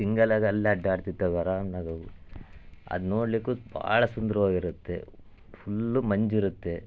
ಸಿಂಗಲ್ಲಾಗಿ ಅಲ್ಲೇ ಅಡ್ಡಾಡ್ತಿರ್ತವೆ ಅರಾಮಾಗ್ ಅವು ಅದು ನೋಡಲಿಕ್ಕೂ ಭಾಳ ಸುಂದರವಾಗಿರುತ್ತೆ ಫುಲ್ ಮಂಜು ಇರುತ್ತೆ